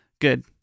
Good